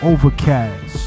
Overcast